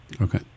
Okay